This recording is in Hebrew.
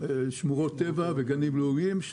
שמורות טבע וגנים לאומיים,